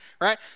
right